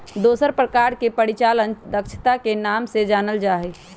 दूसर प्रकार के परिचालन दक्षता के नाम से जानल जा हई